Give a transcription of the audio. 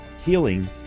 healing